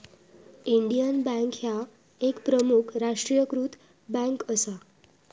Indian bank ह्या एक प्रमुख राष्ट्रीयीकृत बँक असा